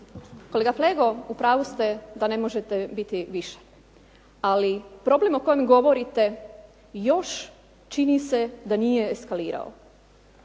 Kolega Flego, u pravu ste da ne možete biti više. Ali problem o kojem govorite još čini se da nije eskalirao.